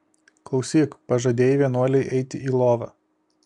klausyk pažadėjai vienuolei eiti į lovą